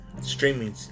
streaming